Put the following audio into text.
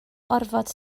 orfod